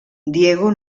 diego